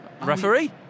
Referee